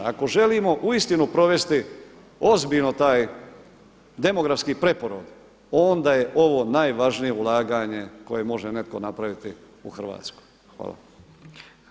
Ako želimo uistinu provesti ozbiljno taj demografski preporod, onda je ovo najvažnije ulaganje koje može netko napraviti u Hrvatskoj.